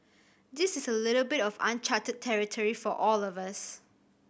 this is a little bit of uncharted territory for all of us